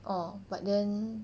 orh but then